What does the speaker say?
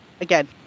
again